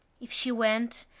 if she went,